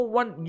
one